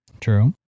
True